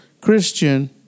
Christian